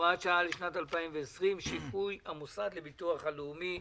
והוראת שעה לשנת 2020) (שיפוי המוסד לביטוח הלאומי).